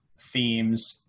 themes